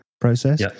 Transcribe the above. process